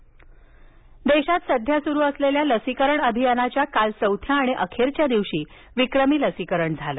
लसीकरण देशात सध्या सुरु असलेल्या लसीकरण अभियानाच्या काल चौथ्या आणि अखेरच्या दिवशी विक्रमी लसीकरण झालं